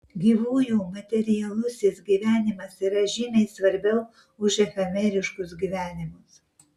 gyvųjų materialusis gyvenimas yra žymiai svarbiau už efemeriškus gyvenimus